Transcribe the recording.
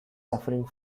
suffering